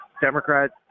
Democrats